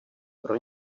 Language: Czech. pro